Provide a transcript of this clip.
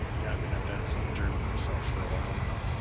yeah, i've been at that same journey myself for awhile now.